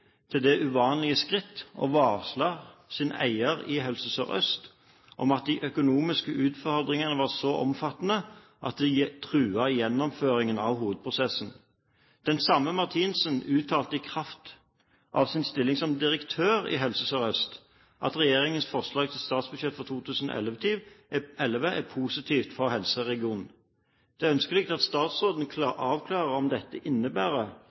til det uvanlige skritt å varsle sin eier i Helse Sør-Øst om at de økonomiske utfordringene var så omfattende at de truet gjennomføringen av hovedstadsprosessen. Den samme Marthinsen uttalte i kraft av sin stilling som direktør i Helse Sør-Øst at regjeringens forslag til statsbudsjett for 2011 er positivt for helseregionen. Det er ønskelig at statsråden avklarer om dette innebærer